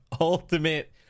ultimate